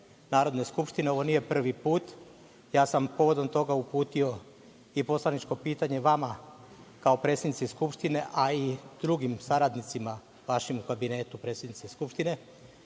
Narodne skupštine. Ovo nije prvi put, povodom toga sam uputio i poslaničko pitanje vama, kao predsednici Skupštine, a i drugim saradnicima vašim u kabinetu predsednice Skupštine,